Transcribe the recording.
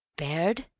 baird?